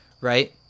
Right